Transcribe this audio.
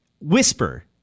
Whisper